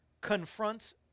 confronts